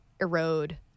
erode